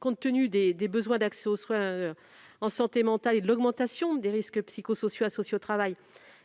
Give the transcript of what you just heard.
Compte tenu des besoins d'accès aux soins en santé mentale et de l'augmentation des risques psychosociaux associés au travail,